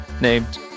named